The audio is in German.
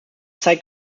zeigt